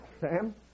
Sam